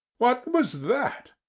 what was that?